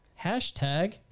hashtag